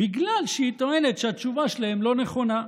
בגלל שהיא טוענת שהתשובה שלהם לא נכונה.